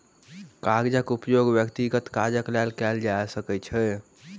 कागजक उपयोग व्यक्तिगत काजक लेल कयल जा सकै छै